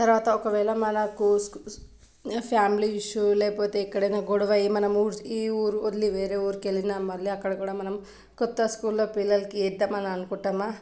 తర్వాత ఒకవేళ మనకు ఫ్యామిలీ ఇష్యూ లేకపోతే ఎక్కడైనా గొడవ అయ్యి మనము ఈ ఊరు వదిలి వేరే ఊరికి వెళ్ళినా మళ్ళా అక్కడ కూడా మనం కొత్త స్కూల్ లో పిల్లలకి వెద్దామని అనుకుంటాం